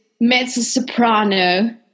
mezzo-soprano